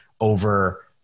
over